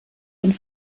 und